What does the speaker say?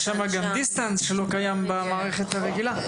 יש גם דיסטנס שלא קיים במערכת הרגילה.